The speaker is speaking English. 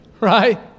right